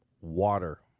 Water